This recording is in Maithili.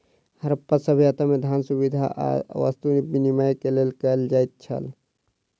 हरप्पा सभ्यता में, धान, सुविधा आ वस्तु विनिमय के लेल कयल जाइत छल